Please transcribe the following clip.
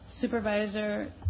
Supervisor